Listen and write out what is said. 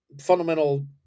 fundamental